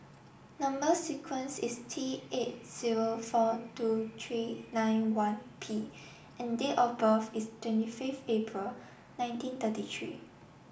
number sequence is T eight zero four two three nine one P and date of birth is twenty fifth April nineteen thirty three